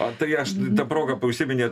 o tai aš ta proga užsiminėt